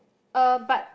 uh but